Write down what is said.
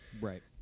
Right